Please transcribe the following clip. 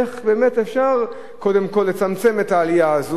איך באמת אפשר קודם כול לצמצם את העלייה הזאת.